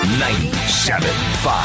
97.5